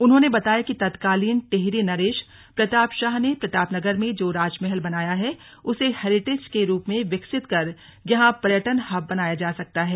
उन्होंने बताया कि तत्कालीन टिहरी नरेश प्रताप शाह ने प्रतापनगर में जो राजमहल बनाया है उसे हैरिटेज के रूप में विकसित कर यहां पर्यटन हब बनाया जा सकता है